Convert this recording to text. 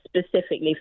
specifically